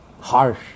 harsh